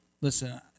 listen